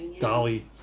Dolly